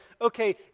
okay